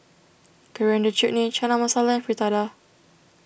Coriander Chutney Chana Masala Fritada